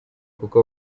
kuko